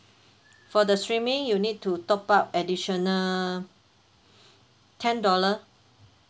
for the streaming you need to top up additional ten dollar